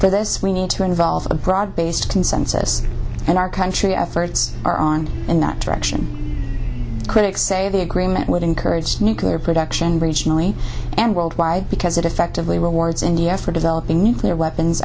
this we need to involve a broad based consensus and our country efforts are on in that direction critics say of the agreement would encourage nuclear production regionally and worldwide because it effectively rewards india after developing nuclear weapons